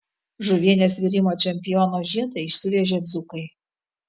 žuvienės virimo čempiono žiedą išsivežė dzūkai